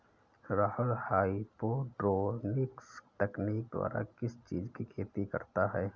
Rahul hydroponics तकनीक द्वारा किस चीज की खेती करता है?